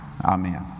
Amen